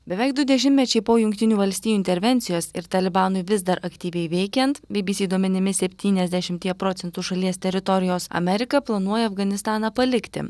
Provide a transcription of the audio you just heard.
beveik du dešimtmečiai po jungtinių valstijų intervencijos ir talibanui vis dar aktyviai veikiant bbc duomenimis septyniasdešimtyje procentų šalies teritorijos amerika planuoja afganistaną palikti